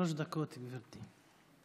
שלוש דקות, גברתי.